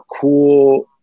cool